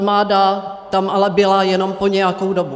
Armáda tam ale byla jenom po nějakou dobu.